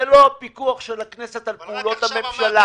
זה לא הפיקוח של הכנסת על פעולות הממשלה.